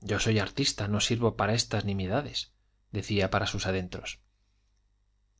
yo soy artista no sirvo para esas nimiedades decía para sus adentros